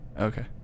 Okay